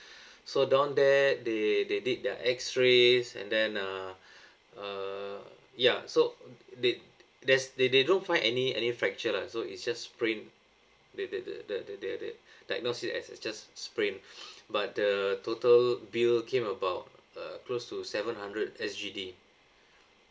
so down there they they did their X rays and then uh uh ya so they there's they they don't find any any fracture lah so it's just sprain they they the that that that diagnosed it as a just sprain but the total bill came about uh close to seven hundred S_G_D